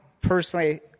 personally